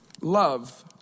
love